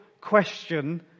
question